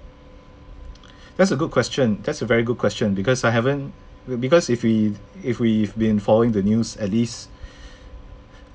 that's a good question that's a very good question because I haven't because if we've if we've been following the news at least